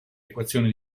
equazioni